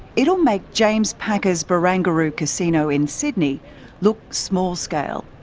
it'll make james packers' barangaroo casino in sydney look small scale.